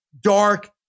dark